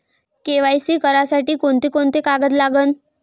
KYC करासाठी कोंते कोंते कागद लागन?